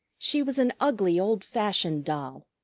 she was an ugly, old-fashioned doll,